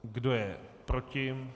Kdo je proti?